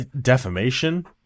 defamation